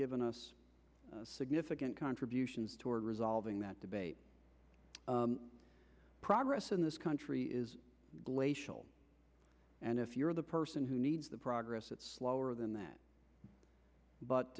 given us significant contributions toward resolving that debate progress in this country is glacial and if you're the person who needs the progress it's slower than that but